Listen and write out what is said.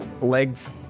legs